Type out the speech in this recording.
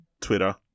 Twitter